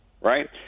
right